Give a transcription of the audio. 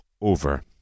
over